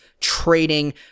trading